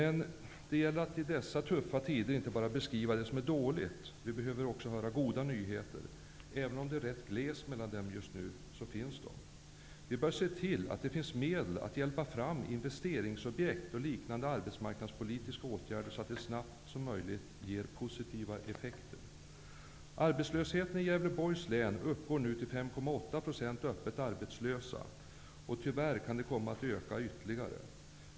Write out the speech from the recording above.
Det gäller emellertid i dessa tuffa tider att inte bara beskriva det som är dåligt - vi behöver också höra goda nyheter. Även om det just nu är rätt glest mellan dem, så finns de. Vi bör se till att det finns medel att hjälpa fram investeringsobjekt och liknande arbetsmarknadspolitiska åtgärder, så att de så snabbt som möjligt ger positiva effekter. 5,8 % öppet arbetslösa, och tyvärr kan arbetslösheten komma att öka ytterligare.